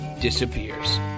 disappears